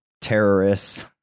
terrorists